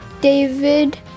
David